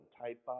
type